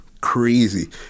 crazy